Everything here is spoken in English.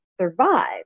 survive